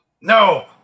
No